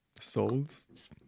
Souls